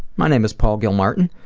my name is paul gilmartin,